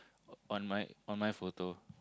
on my on my photo